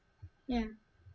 ya